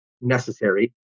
necessary